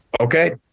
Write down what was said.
Okay